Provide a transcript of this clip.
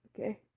Okay